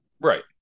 Right